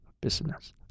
business